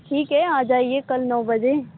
ठीक है आ जाइए कल नौ बजे